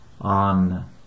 on